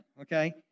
Okay